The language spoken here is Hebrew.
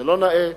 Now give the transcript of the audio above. זה לא נאה,